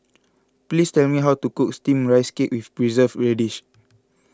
please tell me how to cook Steamed Rice Cake with Preserved Radish